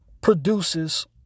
produces